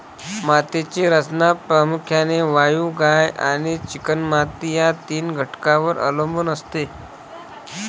मातीची रचना प्रामुख्याने वाळू, गाळ आणि चिकणमाती या तीन घटकांवर अवलंबून असते